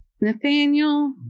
Nathaniel